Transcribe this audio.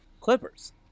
Clippers